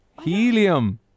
Helium